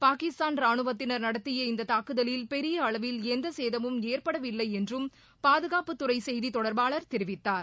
பாகிஸ்தான் ராணுவத்தினர் நடத்திய இந்த தாக்குதலில் பெரிய அளவில் எந்த சேதமும் ஏற்படவில்லை என்றும் பாதுகாப்புத்துறை செய்தி தொடர்பாளர் தெரிவித்தார்